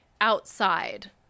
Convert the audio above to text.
outside